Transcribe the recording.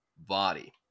body